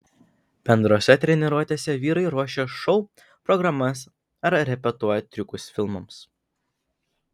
bendrose treniruotėse vyrai ruošia šou programas ar repetuoja triukus filmams